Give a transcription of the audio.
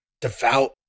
devout